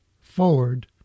forward